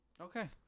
okay